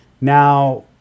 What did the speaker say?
Now